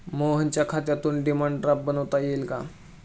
मोहनच्या खात्यातून demand draft बनवता येईल का?